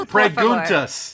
Preguntas